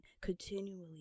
continually